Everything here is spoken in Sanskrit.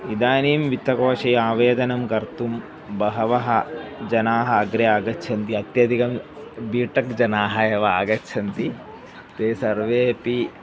इदानीं वित्तकोषे आवेदनं कर्तुं बहवः जनाः अग्रे आगच्छन्ति अत्यधिकं बी टेक् जनाः एव आगच्छन्ति ते सर्वेपि